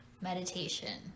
meditation